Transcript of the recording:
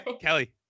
kelly